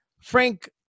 frank